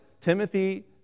Timothy